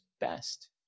best